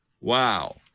wow